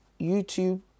YouTube